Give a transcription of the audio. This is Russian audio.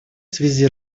связи